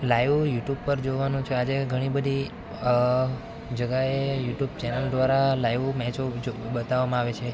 live YouTube પર જોવાનું છે આજે ઘણી બધી જગાએ યુટ્યુબ ચેનલ દ્વારા લાઈવ મેચો બીચો બતાવવામાં આવે છે